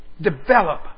Develop